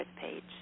page